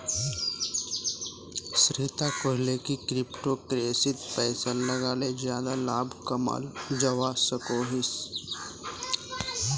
श्वेता कोहले की क्रिप्टो करेंसीत पैसा लगाले ज्यादा लाभ कमाल जवा सकोहिस